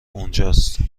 اونجاست